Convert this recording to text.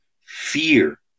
fear